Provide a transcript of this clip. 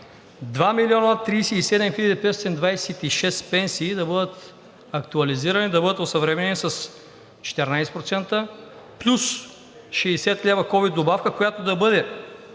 2 млн. 037 хил. 526 пенсии да бъдат актуализирани, да бъдат осъвременени с 14% плюс 60 лв. ковид добавка, която да бъде